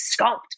sculpt